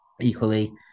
equally